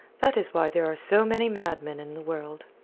that is why there are so many madmen in the world.